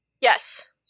Yes